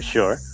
Sure